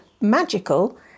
magical